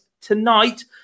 tonight